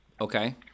Okay